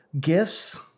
gifts